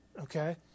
Okay